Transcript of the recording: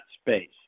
space